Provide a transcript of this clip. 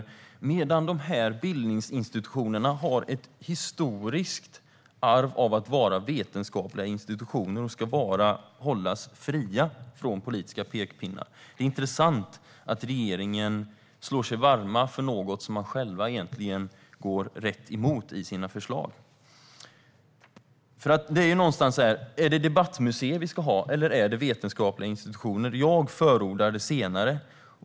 Dessa bildningsinstitutioner har ett historiskt arv att vara vetenskapliga institutioner och ska hållas fria från politiska pekpinnar. Det är intressant att regeringen slår sig för bröstet och talar sig varm för något som den själv egentligen går rätt emot i sina förslag. Är det debattmuseer vi ska ha, eller är det vetenskapliga institutioner? Jag förordar det senare.